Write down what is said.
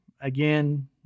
again